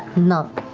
no,